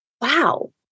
wow